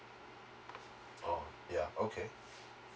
oh ya okay